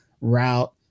route